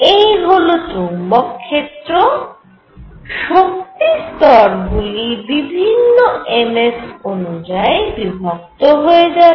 এই হল চৌম্বক ক্ষেত্র শক্তি স্তরগুলি বিভিন্ন ms অনুযায়ী বিভক্ত হয়ে যাবে